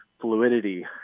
fluidity